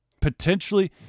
potentially